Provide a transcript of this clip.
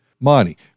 money